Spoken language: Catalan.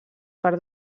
per